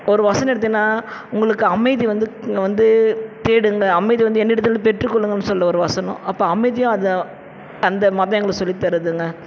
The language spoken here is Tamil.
ஒரு வசனம் எடுத்தின்னா உங்களுக்கு அமைதி வந்து இங்கே வந்து தேடுங்க அமைதி வந்து என்னிடத்தில் பெற்றுக்கொள்ளுங்கன்னு சொல்லி ஒரு வசனம் அப்போ அமைதியாக அதை அந்த மதம் எங்களுக்கு சொல்லி தருதுங்க